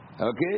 Okay